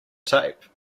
tape